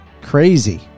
crazy